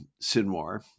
Sinwar